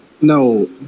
No